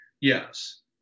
Yes